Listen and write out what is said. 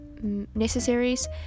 necessaries